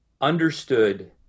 understood